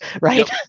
right